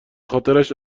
خاطرش